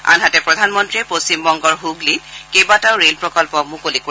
আনহাতে প্ৰধানমন্ত্ৰীয়ে পশ্চিমবংগৰ হুগলিত কেইবাটাও ৰে'ল প্ৰকল্প মুকলি কৰিব